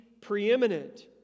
preeminent